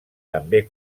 també